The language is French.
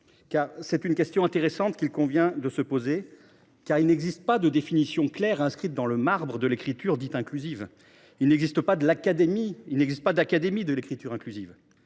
? C’est une question intéressante qu’il convient de se poser, car il n’existe pas de définition claire et inscrite dans le marbre de l’écriture dite inclusive ; il n’existe pas d’Académie de l’écriture inclusive.